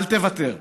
אל תוותר.